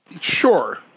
sure